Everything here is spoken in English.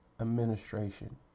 administration